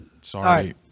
Sorry